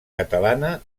catalana